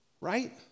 Right